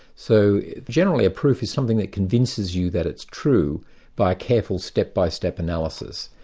so generally a proof is something that convinces you that it's true by a careful step-by-step analysis.